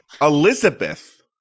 Elizabeth